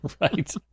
Right